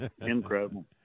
Incredible